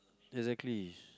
exactly